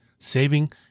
saving